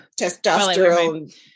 testosterone